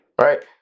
right